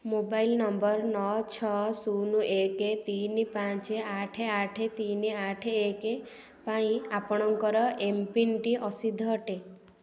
mobile number ନଅ ଛଅ ଶୂନ ଏକ ତିନି ପାଞ୍ଚ ଆଠ ଆଠ ତିନି ଆଠ ଏକ ପାଇଁ ଆପଣଙ୍କର ଏମ୍ପିନ୍ଟି ଅସିଦ୍ଧ ଅଟେ